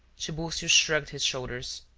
tiburcio shrugged his shoulders.